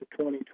2020